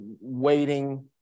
waiting